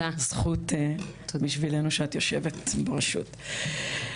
זכות בשבילנו שאת יושבת בראשות.